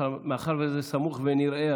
מאחר שזה סמוך ונראה,